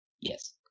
Yes